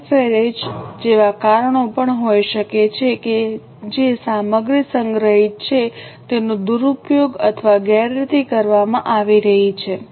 પેલિફેરેજ જેવાં કારણો પણ હોઈ શકે છે કે જે સામગ્રી સંગ્રહિત છે તેનો દુરૂપયોગ અથવા ગેરરીતિ કરવામાં આવી રહી છે